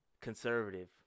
conservative